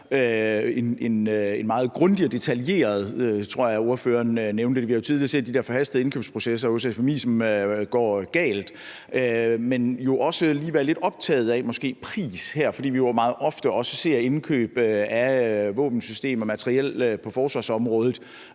en meget grundig og detaljeret proces, tror jeg ordføreren nævnte. Vi har jo tidligere set de der forhastede indkøbsprocesser hos FMI, som er gået galt. Men vi skal jo også lige være lidt optaget af pris her måske, fordi vi jo meget ofte også ser, at vi ved indkøb af våbensystemer og materiel på forsvarsområdet